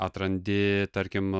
atrandi tarkim